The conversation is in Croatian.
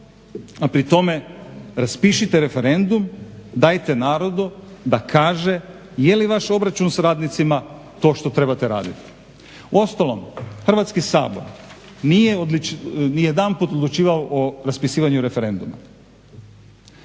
a pri tome raspišite referendum, dajte narodu da kaže je li vaš obračun s radnicima to što trebate raditi. Uostalom, Hrvatski sabor nije ni jedanput odlučivao o raspisivanju referenduma.